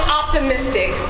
optimistic